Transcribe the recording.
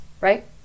right